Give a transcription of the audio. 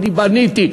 אני בניתי,